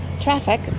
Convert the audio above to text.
traffic